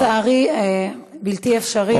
לצערי, בלתי אפשרי.